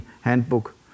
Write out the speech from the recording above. handbook